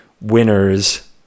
winners